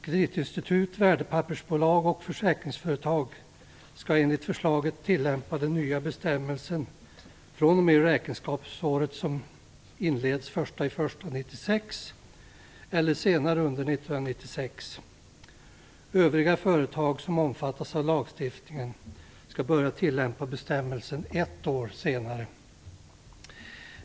Kreditinstitut, värdepappersbolag och försäkringsföretag skall enligt förslaget tillämpa den nya bestämmelsen fr.o.m. det räkenskapsår som inleds den 1 januari 1996 eller senare under 1996. Övriga företag som omfattas av lagstiftningen skall börja tillämpa bestämmelsen ett år senare.